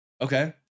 Okay